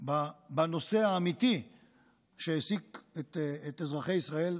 בנושא האמיתי שהעסיק את אזרחי ישראל,